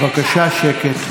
בבקשה שקט.